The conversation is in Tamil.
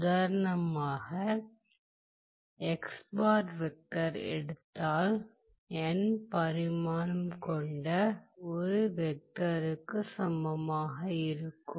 உதாரணமாக வெக்டரை எடுத்தால் n பரிமாணம் கொண்ட 1 வெக்டர்க்குச் சமமாக இருக்கும்